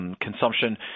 consumption